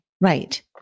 Right